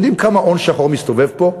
אתם יודעים כמה הון שחור מסתובב פה?